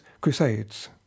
crusades